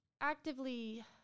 actively